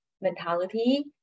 mentality